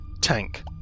tank